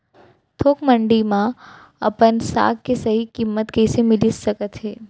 थोक मंडी में अपन साग के सही किम्मत कइसे मिलिस सकत हे?